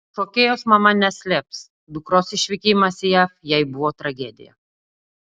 šokėjos mama neslėps dukros išvykimas į jav jai buvo tragedija